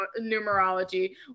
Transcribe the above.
Numerology